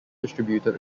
distributed